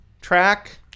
track